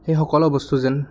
সেই সকলো বস্তু যেন